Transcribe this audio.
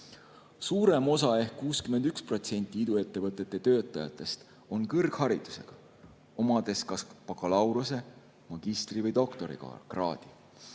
Suurem osa ehk 61% iduettevõtete töötajatest on kõrgharidusega, omades kas bakalaureuse‑, magistri‑ või doktorikraadi.